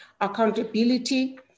accountability